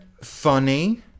funny